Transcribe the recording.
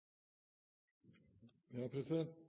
Ja,